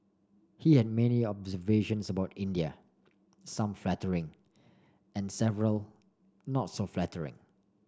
he had many observations about India some flattering and several not so flattering